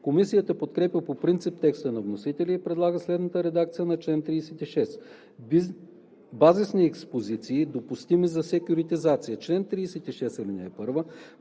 Комисията подкрепя по принцип текста на вносителя и предлага следната редакция на чл. 36: „Базисни експозиции, допустими за секюритизация Чл. 36. (1)